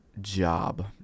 job